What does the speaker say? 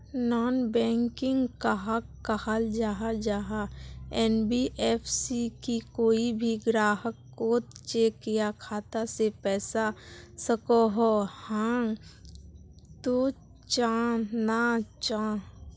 Non banking कहाक कहाल जाहा जाहा एन.बी.एफ.सी की कोई भी ग्राहक कोत चेक या खाता से पैसा सकोहो, हाँ तो चाँ ना चाँ?